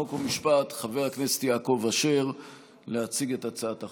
חוק ומשפט חבר הכנסת יעקב אשר להציג את הצעת החוק.